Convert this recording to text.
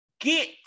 get